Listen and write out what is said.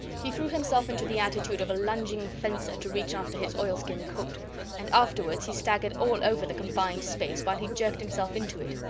he threw himself into the attitude of a lunging fencer, to reach after his oilskin coat and afterwards he staggered all over the confined space while he jerked himself into it.